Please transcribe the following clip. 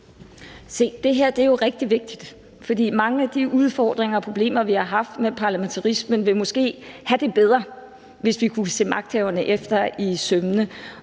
det her er jo rigtig vigtigt, for mange af de udfordringer og problemer, vi har haft med parlamentarismen, ville måske være mindre, hvis vi kunne se magthaverne efter i sømmene.